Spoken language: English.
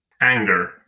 Anger